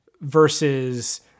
versus